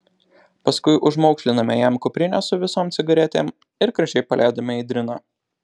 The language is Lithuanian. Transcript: paskui užmaukšlinome jam kuprinę su visom cigaretėm ir gražiai paleidome į driną